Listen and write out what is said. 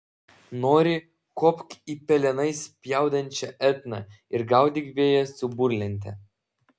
nori kopk į pelenais spjaudančią etną ar gaudyk vėją su burlente